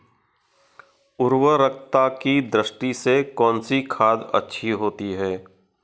उर्वरकता की दृष्टि से कौनसी खाद अच्छी होती है?